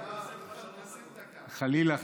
חלילה.